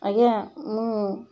ଆଜ୍ଞା ମୁଁ